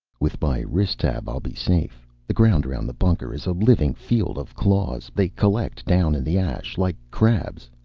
with my wrist tab i'll be safe. the ground around the bunker is a living field of claws. they collect down in the ash. like crabs.